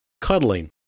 cuddling